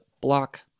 block